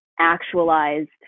actualized